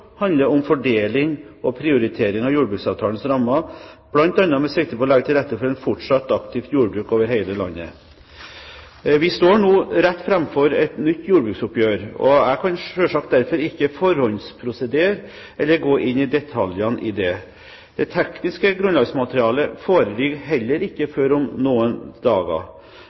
handler om fordeling og prioritering av jordbruksavtalens rammer, bl.a. med sikte på å legge til rette for et fortsatt aktiv jordbruk over hele landet. Vi står nå rett foran et nytt jordbruksoppgjør, og jeg kan selvsagt derfor ikke forhåndsprosedere eller gå inn i detaljene i det. Det tekniske grunnlagsmaterialet foreligger heller ikke før om noen dager.